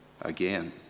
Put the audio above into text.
again